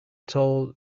told